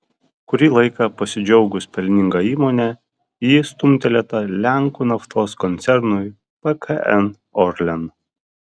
kurį laiką pasidžiaugus pelninga įmone ji stumtelėta lenkų naftos koncernui pkn orlen